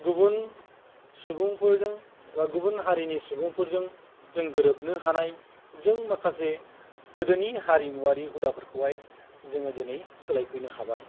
गुबुन सुबुंफोरजों बा गुबुन हारिनि सुबुंफोरजों जों गोरोबनो हानाय जों माखासे गोदोनि हारिमुआरि हुदाफोरखौहाय जोङो दिनै सोलायफैनो हाबाय